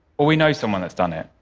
or we know someone that's done it.